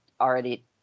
already